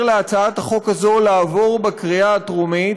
להצעת החוק הזאת לעבור בקריאה הטרומית.